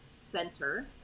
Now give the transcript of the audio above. center